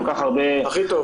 אני מסכים, אגב.